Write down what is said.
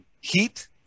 heat